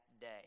day